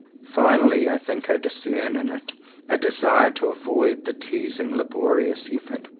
finally i think i discern in it a desire to avoid the teasing laborious effort,